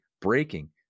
breaking